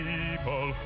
people